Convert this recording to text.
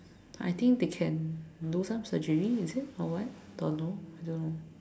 I think they can do some surgery is it or what don't know I don't know